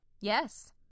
Yes